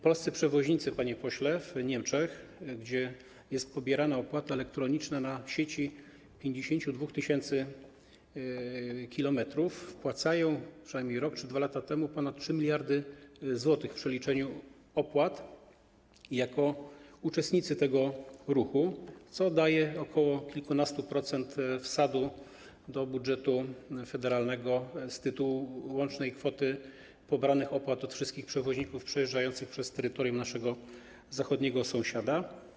Polscy przewoźnicy, panie pośle, w Niemczech, gdzie opłata elektroniczna jest pobierana na sieci 52 tys. km, wpłacają - przynajmniej rok czy 2 lata temu tak było - ponad 3 mld zł w przeliczeniu na opłaty jako uczestnicy tego ruchu, co daje ok. kilkunastu procent wsadu do budżetu federalnego z tytułu łącznej kwoty pobranych opłat od wszystkich przewoźników przejeżdżających przez terytorium naszego zachodniego sąsiada.